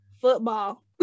football